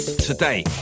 today